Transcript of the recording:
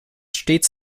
stets